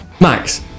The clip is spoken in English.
Max